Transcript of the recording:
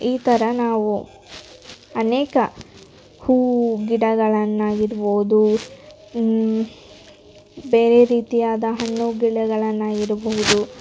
ಈ ಥರ ನಾವು ಅನೇಕ ಹೂವು ಗಿಡಗಳನ್ನಾಗಿರ್ಬೌದು ಬೇರೆ ರೀತಿಯಾದ ಹಣ್ಣು ಗಿಡಗಳನ್ನಾಗಿರ್ಬಹುದು